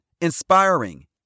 inspiring